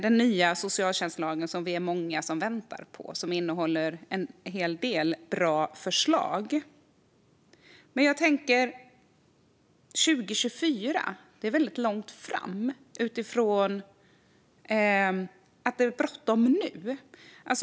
Den nya socialtjänstlagen är vi många som väntar på. Den innehåller en hel del bra förslag. Men jag tänker att 2024 är väldigt långt fram, eftersom det är bråttom nu.